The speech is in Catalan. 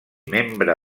membre